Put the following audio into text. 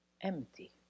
empty